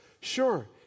sure